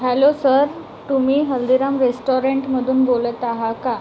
hello sir तुम्ही हल्दीराम रेस्टाॅरंटमधून बोलत आहात का